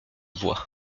voix